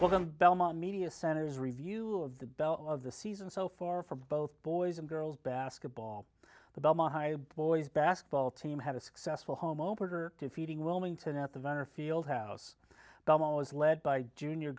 well the belmont media center is review of the belle of the season so far for both boys and girls basketball the belmont high boys basketball team had a successful home opener defeating wilmington at the venner field house the mullahs led by junior